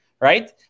Right